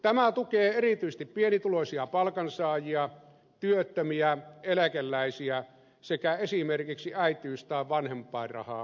tämä tukee erityisesti pienituloisia palkansaajia työttömiä eläkeläisiä sekä esimerkiksi äitiys tai vanhempainrahaa saavia